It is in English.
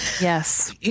yes